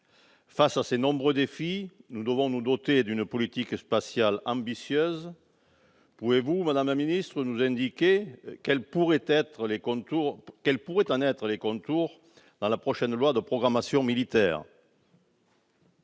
Face à ces nombreux défis, nous devons nous doter d'une politique spatiale ambitieuse. Pouvez-vous nous indiquer, madame la ministre, quel pourraient en être les contours dans la prochaine loi de programmation militaire ?